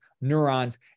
neurons